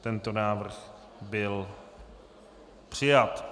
Tento návrh byl přijat.